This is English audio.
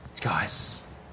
guys